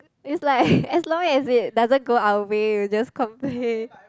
is like as long as it doesn't go our way we just complain